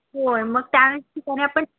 होय मग त्या ठिकाणी आपण